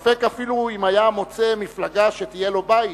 ספק אפילו אם היה מוצא מפלגה שתהיה לו בית,